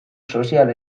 sozial